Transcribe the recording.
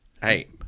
Hey